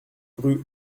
rue